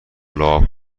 لعاب